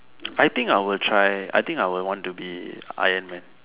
I think I will try I think I would want to be Iron-man